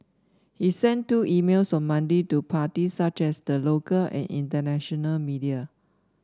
he sent two emails on Monday to parties such as the local and international media